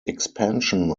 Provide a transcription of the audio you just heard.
expansion